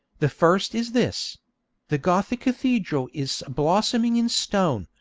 the first is this the gothic cathedral is a blossoming in stone,